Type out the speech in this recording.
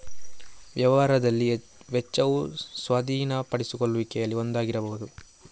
ವ್ಯವಹಾರದಲ್ಲಿ ವೆಚ್ಚವು ಸ್ವಾಧೀನಪಡಿಸಿಕೊಳ್ಳುವಿಕೆಯಲ್ಲಿ ಒಂದಾಗಿರಬಹುದು